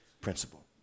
principle